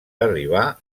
arribar